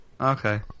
Okay